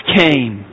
came